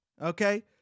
okay